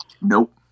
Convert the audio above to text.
Nope